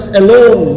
alone